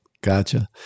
Gotcha